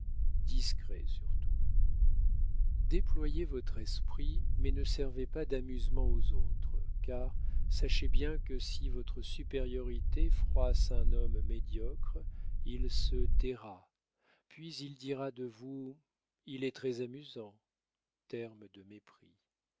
discret surtout déployez votre esprit mais ne servez pas d'amusement aux autres car sachez bien que si votre supériorité froisse un homme médiocre il se taira puis il dira de vous il est très-amusant terme de mépris